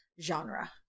genre